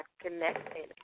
connecting